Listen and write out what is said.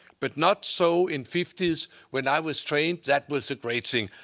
but not so in fifty s when i was trained. that was a great thing.